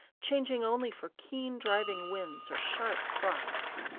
changing only for keen driving winds or sharp frosts.